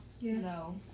No